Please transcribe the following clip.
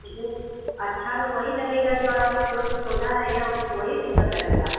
जी अच्छा तो वही लगेगा जो आपका प्योर सोना रहेगा उस वही सुन्दर लगेगा